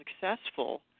successful